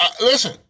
Listen